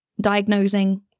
diagnosing